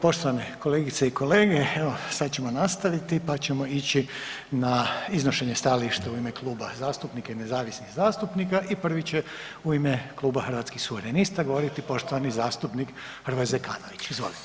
Poštovane kolegice i kolege, evo sad ćemo nastaviti pa ćemo ići na Iznošenje stajališta u ime kluba zastupnika i nezavisnih zastupnika i prvi će u ime Kluba Hrvatskih suverenista govoriti poštovani zastupnik Hrvoje Zekanović, izvolite.